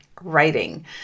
writing